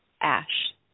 Ash